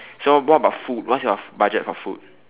so what about food what's your budget for food